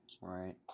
Right